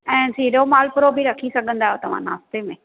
ऐं सिरो मालपूड़ो बि रखी सघंदा आहियो तव्हां नाश्ते में